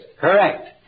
Correct